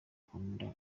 nkunda